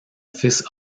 fils